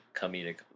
comedic